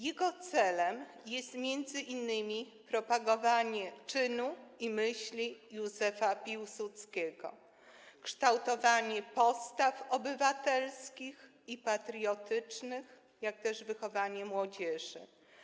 Jego celem jest m.in. propagowanie czynu i myśli Józefa Piłsudskiego, kształtowanie postaw obywatelskich i patriotycznych, jak też wychowanie młodzieży.